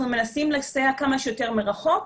אנחנו מנסים לסייע כמה שיותר מרחוק,